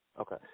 Okay